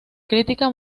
crítica